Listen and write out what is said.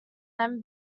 then